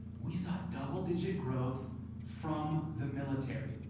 we saw double-digit growth from the military.